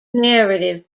narrative